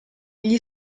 gli